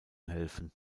helfen